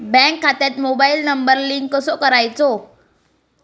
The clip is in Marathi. बँक खात्यात मोबाईल नंबर लिंक कसो करायचो?